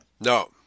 No